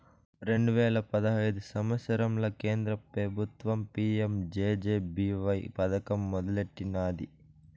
రెండు వేల పదహైదు సంవత్సరంల కేంద్ర పెబుత్వం పీ.యం జె.జె.బీ.వై పదకం మొదలెట్టినాది